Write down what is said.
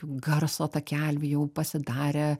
garso takelių jau pasidarę